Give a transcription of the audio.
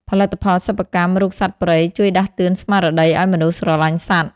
ផលិតផលសិប្បកម្មរូបសត្វព្រៃ ជួយដាស់តឿនស្មារតីឱ្យមនុស្សស្រឡាញ់សត្វ។